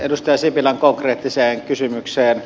edustaja sipilän konkreettiseen kysymykseen